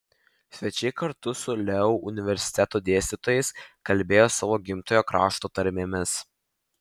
svečiai kartu su leu universiteto dėstytojais kalbėjo savo gimtojo krašto tarmėmis